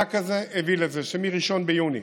המענק הזה הביא לזה שמ-1 ביוני